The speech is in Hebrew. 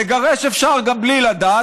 לגרש אפשר גם בלי לדעת.